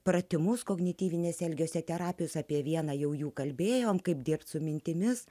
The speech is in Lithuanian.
pratimus kognityvinės elgesio terapijos apie vieną jau jų kalbėjome kaip dirbti su mintimis